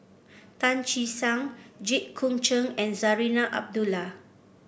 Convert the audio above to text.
Tan Che Sang Jit Koon Ch'ng and Zarinah Abdullah